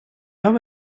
have